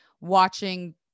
watching